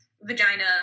vagina